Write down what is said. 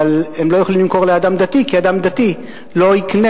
אבל הם לא יכולים למכור לאדם דתי כי אדם דתי לא יקנה